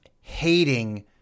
hating